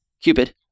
Cupid